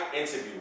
interview